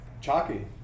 Chalky